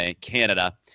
Canada